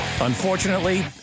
Unfortunately